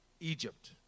Egypt